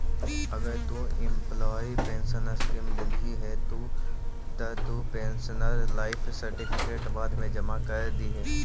अगर तु employee pension scheme लेल्ही हे त तु पेंशनर लाइफ सर्टिफिकेट बाद मे जमा कर दिहें